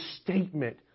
statement